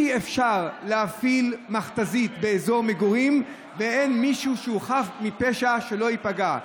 אי-אפשר להפעיל מכת"זית באזור מגורים מבלי שמישהו חף מפשע ייפגע.